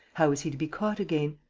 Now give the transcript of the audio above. how was he to be caught again?